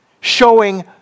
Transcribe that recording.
Showing